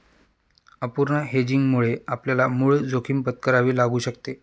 अपूर्ण हेजिंगमुळे आपल्याला मूळ जोखीम पत्करावी लागू शकते